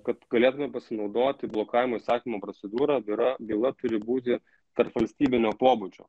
kad galėtume pasinaudoti blokavimo įsakymo procedūra byra byla turi būti tarpvalstybinio pobūdžio